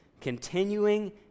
Continuing